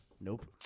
Nope